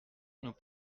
nous